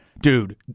Dude